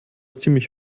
ziemlich